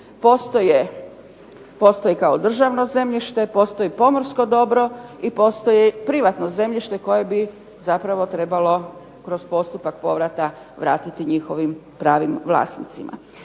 postoji kao državno zemljište, postoji pomorsko dobro i postoji privatno zemljište koje bi zapravo trebalo kroz postupak povrata vratiti njihovim pravim vlasnicima.